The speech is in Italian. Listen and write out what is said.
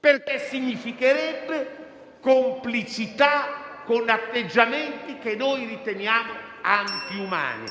perché significherebbe complicità con atteggiamenti che noi riteniamo antiumani.